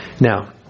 Now